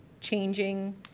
changing